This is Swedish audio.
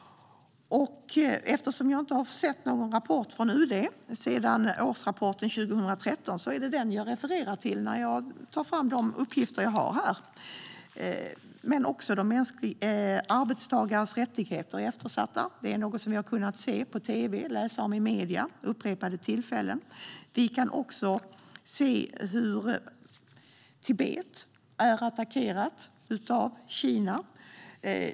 Eftersom jag inte har sett någon rapport från UD sedan årsrapporten 2013 är det den jag refererar till här. Arbetstagares rättigheter är eftersatta. Det har vi kunnat se på tv och läsa om i medierna vid upprepade tillfällen. Vi kan också se hur Tibet är attackerat av Kina.